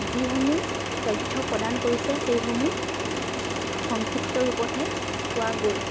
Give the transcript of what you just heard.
যিসমূহ তথ্য প্ৰদান কৰিছে সেইসমূহ সংক্ষিপ্ত ৰূপতহে পোৱা গ'ল